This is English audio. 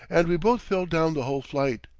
and we both fell down the whole flight.